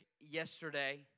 yesterday